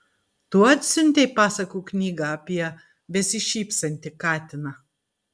tu atsiuntei pasakų knygą apie besišypsantį katiną